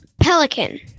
Pelican